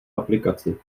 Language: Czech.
aplikaci